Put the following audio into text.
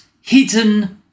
hidden